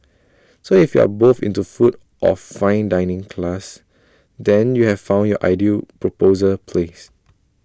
so if you are both into food of fine dining class then you have found your ideal proposal place